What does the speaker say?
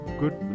good